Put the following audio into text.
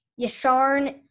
Yasharn